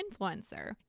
influencer